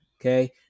Okay